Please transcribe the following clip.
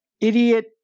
idiot